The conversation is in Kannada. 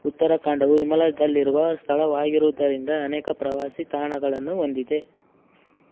ಉತ್ತರಾಖಂಡವು ಹಿಮಾಲಯದಲ್ಲಿರುವ ಸ್ಥಳವಾಗಿರುವುದರಿಂದ ಅನೇಕ ಪ್ರವಾಸಿ ತಾಣಗಳನ್ನು ಹೊಂದಿದೆ